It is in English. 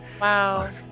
Wow